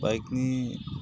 बाइकनि